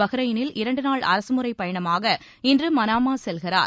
பஹ்ரைனில் இரண்டு நாள் அரசமுறை பயணமாக இன்று மனாமா செல்கிறார்